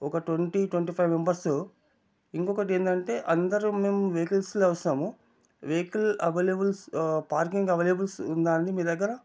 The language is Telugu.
ఒక ట్వంటీ ట్వంటీ ఫైవ్ మెంబర్స్ ఇంకొకటి ఏందంటే అందరూ మేము వెహికల్స్లో వస్తాము వెహికల్ అవైలబుల్స్ పార్కింగ్ అవైలబుల్స్ ఉందా అండి మీ దగ్గర